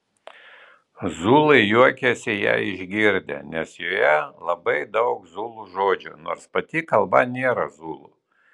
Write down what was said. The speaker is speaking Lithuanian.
zulai juokėsi ją išgirdę nes joje labai daug zulų žodžių nors pati kalba nėra zulų